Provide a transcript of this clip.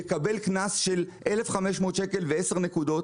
יקבל קנס של 1,5000 שקל ו-10 נקודות.